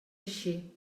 així